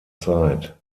zeit